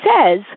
says